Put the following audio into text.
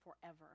forever